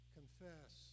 confess